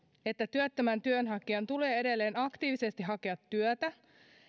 että työttömän työnhakijan tulee edelleen aktiivisesti hakea työtä